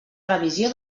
revisió